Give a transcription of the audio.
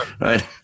right